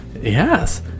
yes